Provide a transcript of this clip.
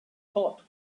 thought